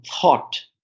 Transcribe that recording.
thought